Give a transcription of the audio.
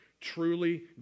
truly